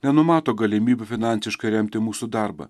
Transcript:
nenumato galimybių finansiškai remti mūsų darbą